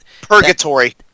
Purgatory